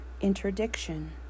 Interdiction